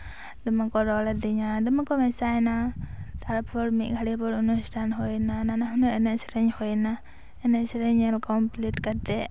ᱫᱚᱢᱮᱠᱚ ᱨᱟᱲᱟᱫᱤᱧᱟ ᱫᱚᱢᱮ ᱠᱚ ᱢᱮᱥᱟᱭᱱᱟ ᱛᱟᱨᱯᱚᱨ ᱢᱤᱫ ᱜᱷᱟᱹᱲᱤᱡ ᱯᱚᱨ ᱚᱱᱩᱥᱴᱷᱟᱱ ᱦᱩᱭᱱᱟ ᱱᱟᱱᱟᱦᱩᱱᱟᱹᱨ ᱮᱱᱮᱡ ᱥᱮᱨᱮᱧ ᱦᱩᱭᱱᱟ ᱮᱱᱮᱡ ᱥᱮᱨᱮᱧ ᱧᱮᱞ ᱠᱚᱢᱯᱞᱤᱴ ᱠᱟᱛᱮ